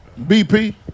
BP